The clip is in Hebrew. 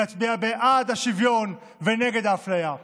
להצביע בעד השוויון ונגד האפליה.